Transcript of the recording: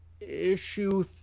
issue